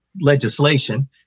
legislation